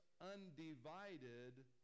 undivided